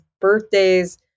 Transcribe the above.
birthdays